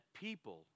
people